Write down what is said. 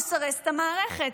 נסרס את המערכת.